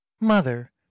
mother